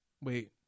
Wait